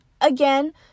again